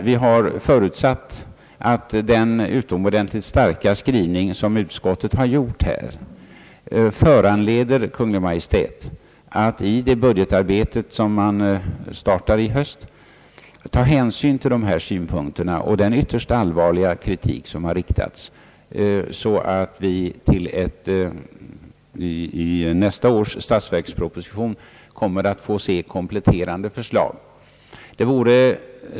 Vi förutsätter att den utomordentligt starka skrivning som utskottet gjort föranleder Kungl. Maj:t att vid höstens budgetarbete ta hänsyn till de här synpunkterna och den framförda ytterst allvarliga kritiken så att vi i nästa års statsverksproposition får kompletterande förslag.